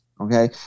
okay